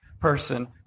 person